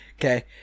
Okay